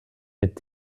mit